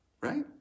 right